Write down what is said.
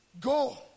go